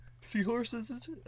seahorses